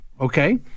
okay